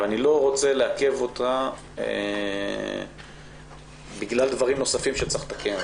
ואני לא רוצה לעכב אותה בגלל דברים נוספים שצריך לתקן.